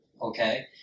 okay